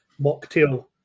mocktail